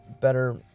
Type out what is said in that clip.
better